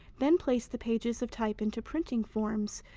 then placed the pages of type into printing formes,